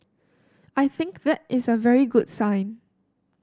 I think that is a very good sign